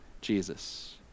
Jesus